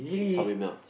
subway melts